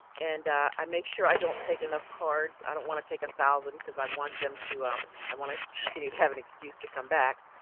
and i make sure i don't take enough cards. i don't want to take a thousand because i want them to um i want to continue to have an excuse to come back.